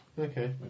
Okay